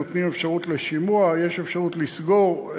נותנים אפשרות לשימוע, יש אפשרות לסגור.